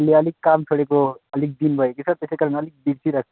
मैले काम छोडेको अलिक दिन भयो कि सर त्यसै कारण अलिकति बिर्सिरहेको छु